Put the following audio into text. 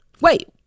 Wait